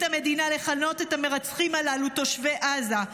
המדינה לכנות את המרצחים הללו "תושבי עזה"?